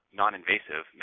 non-invasive